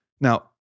Now